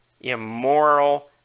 immoral